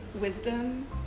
wisdom